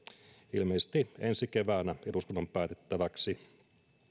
ilmeisesti ensi keväänä eduskunnan päätettäväksi